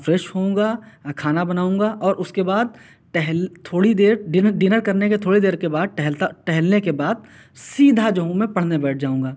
fresh ہوں گا کھانا بناؤں گا اور اُس کے بعد ٹہل تھوڑی دیر ڈنر ڈنر کرنے کے تھوڑی دیر کے بعد ٹہلتا ٹہلنے کے بعد سیدھا جو ہوں میں پڑھنے بیٹھ جاؤں گا